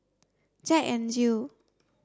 Jack N Jill